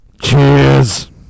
Cheers